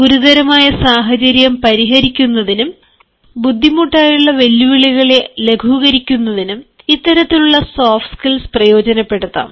ഗുരുതരമായ സാഹചര്യം പരിഹരിക്കുന്നതിനും ബുദ്ധിമുട്ടായിട്ടുള്ള വെല്ലുവിളികളെ ലഘുകരിക്കുന്നതിനും ഇത്തരത്തിലുള്ള സോഫ്റ്റ് സ്കിൽസ് പ്രോയോജനപ്പെടുത്താം